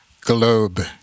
globe